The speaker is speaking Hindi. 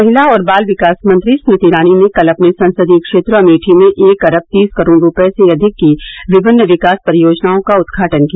महिला और बाल विकास मंत्री स्मृति ईरानी ने कल अपने संसदीय क्षेत्र अमेठी में एक अरब तीस करोड़ रूपये से अधिक की विभिन्न विकास परियोजनाओं का उद्घाटन किया